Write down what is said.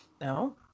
No